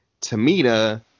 Tamita